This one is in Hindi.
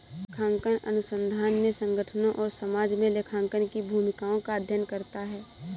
लेखांकन अनुसंधान ने संगठनों और समाज में लेखांकन की भूमिकाओं का अध्ययन करता है